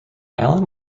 allen